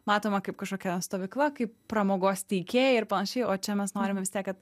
matoma kaip kažkokia stovykla kaip pramogos teikėjai ir panašiai o čia mes norime vis tiek kad